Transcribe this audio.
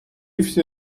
всі